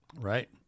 right